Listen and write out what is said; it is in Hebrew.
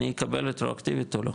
אני אקבל רטרואקטיבית, או לא?